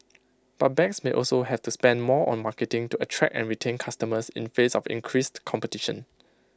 but banks may also have to spend more on marketing to attract and retain customers in face of increased competition